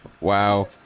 Wow